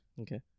Okay